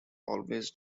always